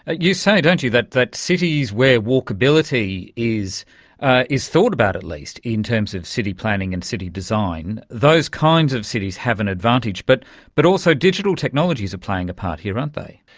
ah you say, don't you, that that cities where walkability is is thought about at least in terms of city planning and city design, those kinds of cities have an advantage. but but also digital technologies are playing a part here, aren't they.